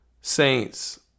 Saints